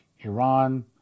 Iran